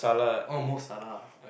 oh Mo Salah